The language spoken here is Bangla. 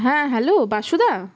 হ্যাঁ হ্যালো বাসুদা